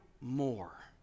more